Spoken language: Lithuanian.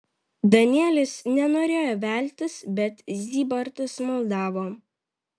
danielis nenorėjo veltis bet zybartas maldavo